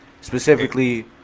Specifically